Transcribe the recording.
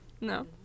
No